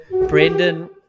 Brendan